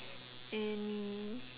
any